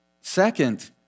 Second